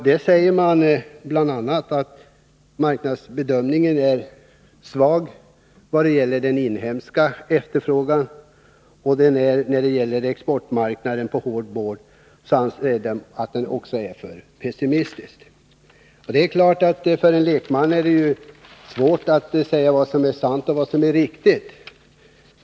Man säger bl.a. att marknadsbedömningen är svag när det gäller den inhemska efterfrågan och att den när det gäller exportmarknaden för hård board är för pessimistisk. För en lekman är det ju svårt att säga vad som är sant och riktigt.